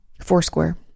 foursquare